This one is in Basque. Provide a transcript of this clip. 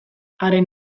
haren